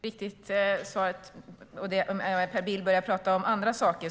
Herr talman! Per Bill börjar prata om andra saker.